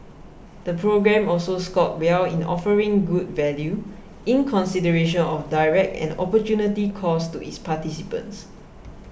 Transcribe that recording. the programme also scored well in offering good value in consideration of direct and opportunity costs to its participants